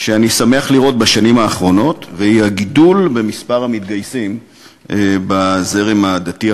ביקשתי להעלות הצעה דחופה לסדר-היום בנושא האלימות